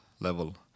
level